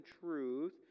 truth